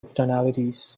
externalities